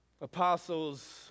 apostles